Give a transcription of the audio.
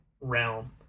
realm